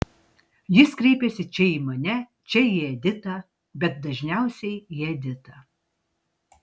jis kreipiasi čia į mane čia į editą bet dažniausiai į editą